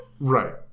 Right